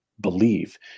believe